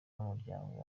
n’umuryango